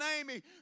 Amy